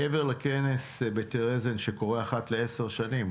מעבר לכנס בטרזין שקורה אחת לעשר שנים,